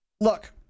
look